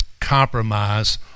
compromise